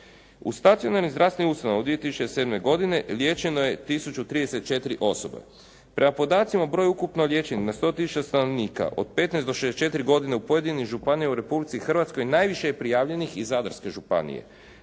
U stacionarnim zdravstvenim ustanovama u 2007. godini liječeno je tisuću 34 osobe. Prema podacima broj ukupno liječenih na 100 tisuća stanovnika od 15 do 64 godine u pojedinim županijama u Republici Hrvatskoj najviše je prijavljenih iz Zadarske županije.